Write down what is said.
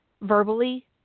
verbally